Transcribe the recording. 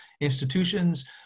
institutions